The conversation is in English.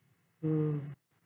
mm